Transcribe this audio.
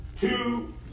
two